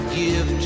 give